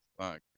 fuck